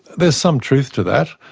there's some truth to that.